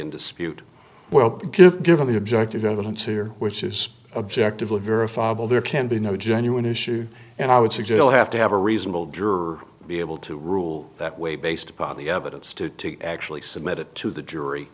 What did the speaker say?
in dispute well gift given the objective evidence here which is objective a verifiable there can be no genuine issue and i would suggest have to have a reasonable juror to be able to rule that way based upon the evidence to actually submit it to the jury